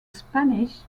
spanish